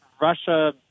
Russia